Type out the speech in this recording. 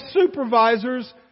supervisor's